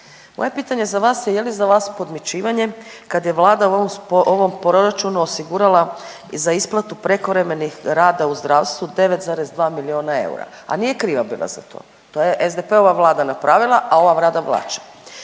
Moje pitanje za vas je, je li za vas podmićivanje kad je Vlada u ovom proračunu osigurala za isplatu prekovremenih rada u zdravstvu 9,2 milijuna eura, a nije kriva bila za to, to je SDP-ova Vlada napravila, a ova Vlada vraća.